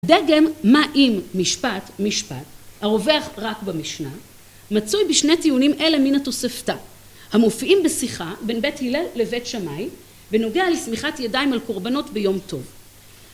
דגם מה אם משפט משפט הרווח רק במשנה, מצוי בשני טיעונים אלה מן התוספתא המופיעים בשיחה בין בית הלל לבית שמאי, ונוגע לסמיכת ידיים על קורבנות ביום טוב